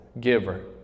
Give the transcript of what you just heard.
giver